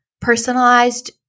personalized